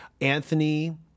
Anthony